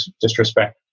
disrespect